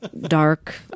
dark